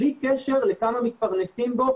בלי קשר לכמה מתפרנסים בו,